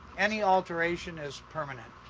any alteration is permanent.